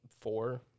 Four